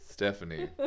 Stephanie